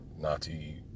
Nazi